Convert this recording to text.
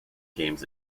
games